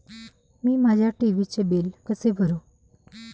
मी माझ्या टी.व्ही चे बिल कसे भरू?